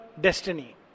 destiny